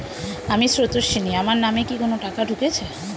আমি স্রোতস্বিনী, আমার নামে কি কোনো টাকা ঢুকেছে?